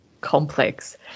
complex